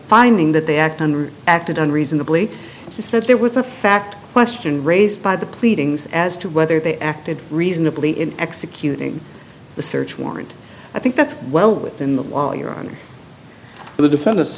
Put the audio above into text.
finding that they act and acted on reasonably she said there was a fact question raised by the pleadings as to whether they acted reasonably in executing the search warrant i think that's while within the well your honor the defendant